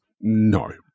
no